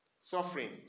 Suffering